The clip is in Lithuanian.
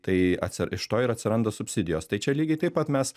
tai atsi iš to ir atsiranda subsidijos tai čia lygiai taip pat mes